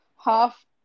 half